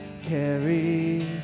carries